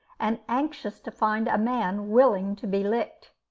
and anxious to find a man willing to be licked.